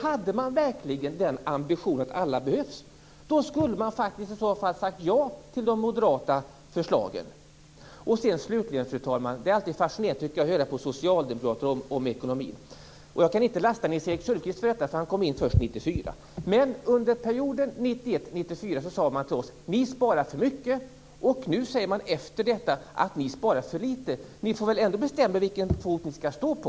Hade man verkligen den ambitionen att alla behövs skulle man faktiskt ha sagt ja till de moderata förslagen. Slutligen, fru talman, är det alltid fascinerande att höra socialdemokrater tala om ekonomin. Jag kan inte lasta Nils-Erik Söderqvist för detta, för han kom in i riksdagen först 1994. Men under perioden 1991-1994 sade man till oss: Ni sparar för mycket. Nu säger man: Ni sparade för litet. Ni får väl ändå bestämma er för vilken fot ni skall stå på.